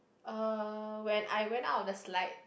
uh when I went out of the slide